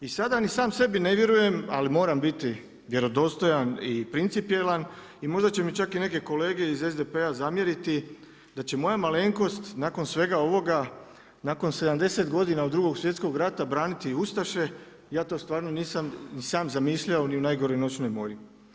I sada ni sam sebi ne vjerujem ali moram biti vjerodostojan i principijelan i možda će mi čak i neke kolege iz SDP-a zamjeriti da će moja malenkost nakon svega ovoga, nakon 70 godina od Drugog svjetskog rata braniti ustaše, ja to stvarno nisam ni sam zamišljao ni u najgoroj noćnoj mori.